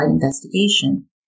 investigation